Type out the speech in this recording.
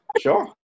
sure